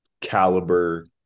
caliber